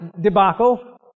debacle